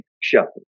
shepherd